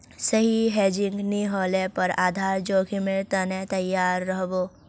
सही हेजिंग नी ह ल पर आधार जोखीमेर त न तैयार रह बो